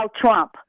Trump